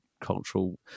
cultural